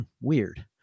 weird